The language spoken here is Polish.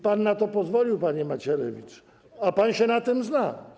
Pan na to pozwolił, panie Macierewicz, a pan się na tym zna.